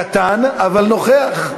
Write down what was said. קטן אבל נוכח.